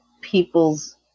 people's